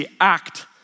act